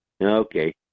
Okay